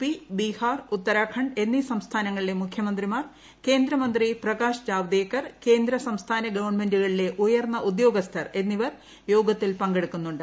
P Bihar Uttarakhand എന്നീ സംസ്ഥാനങ്ങളിലെ മുഖ്യമന്ത്രിമാർ കേന്ദ്ര മന്ത്രി പ്രകാശ് ജാവ്ദേക്കർ കേന്ദ്ര സംസ്ഥാന ഗവൺമെന്റുകളിലെ ഉയർന്ന ഉദ്യോഗസ്ഥർ എന്നിവർ യോഗത്തിൽ പങ്കെടുക്കുന്നുണ്ട്